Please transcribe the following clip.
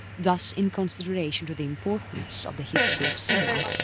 thus in consideration to the importance of the history of cinema,